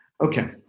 Okay